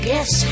Yes